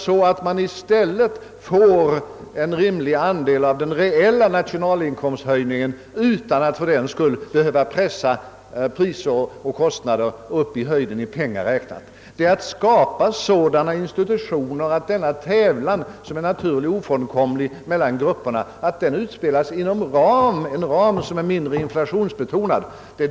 Då får alla sin andel av den reella nationalinkomsthöjningen utan att man fördenskull behöver pressa priser och kostnader i höjden, i pengar räknat. Det gäller att skapa sådana institutioner att denna tävlan mellan grupperna — som är naturlig och ofrånkomlig — utspelas inom en mindre inflationsbetonad ram.